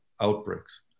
outbreaks